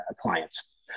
clients